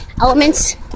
elements